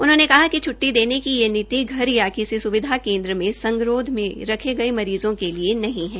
उन्होंने कहा कि छुटी देने की यह नीति घर या किसी स्विधा केन्द्र में संगरोध में रखे गये मरीज़ के लिए नहीं है